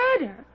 Murder